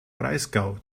breisgau